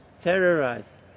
terrorize